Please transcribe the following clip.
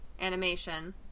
animation